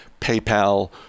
PayPal